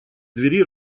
двери